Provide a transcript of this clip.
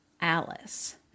Alice